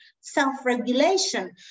self-regulation